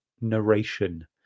narration